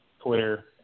Twitter